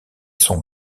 son